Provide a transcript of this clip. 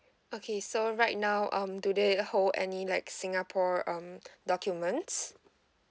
okay so right now um do they hold any like singapore um documents